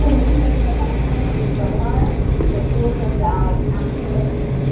and we've mentioned a couple times in this webinar that we will send out action alerts.